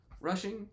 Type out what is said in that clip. rushing